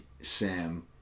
Sam